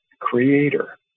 creator